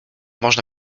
można